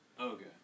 Okay